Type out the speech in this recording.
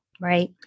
Right